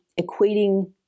equating